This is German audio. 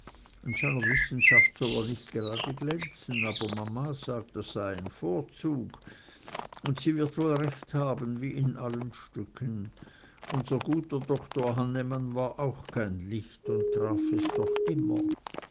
wissenschaft soll er nicht gerade glänzen aber mama sagt das sei ein vorzug und sie wird wohl recht haben wie in allen stücken unser guter doktor hannemann war auch kein licht und traf es doch immer